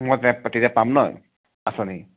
মই পাতিৰে পাম ন আঁচনি